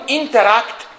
interact